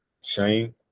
Shane